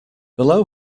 below